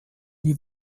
die